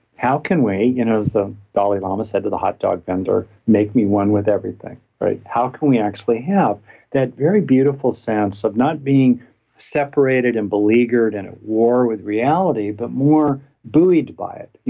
how can we you know as the dalai lama said to the hot dog vendor, make me one with everything, right? how can we actually have that very beautiful sense of not being separated and beleaguered and at war with reality but more buoyed by it. yeah